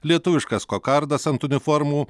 lietuviškas kokardas ant uniformų